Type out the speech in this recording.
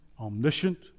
omniscient